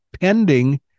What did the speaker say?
pending